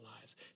lives